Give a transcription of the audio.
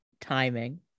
timing